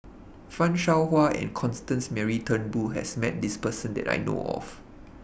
fan Shao Hua and Constance Mary Turnbull has Met This Person that I know of